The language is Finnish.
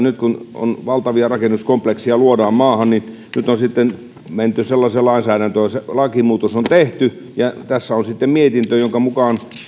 nyt kun valtavia rakennuskomplekseja luodaan maahan on sitten menty sellaiseen lainsäädäntöön se lakimuutos on valmisteltu ja tässä on sitten mietintö jonka mukaan